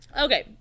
Okay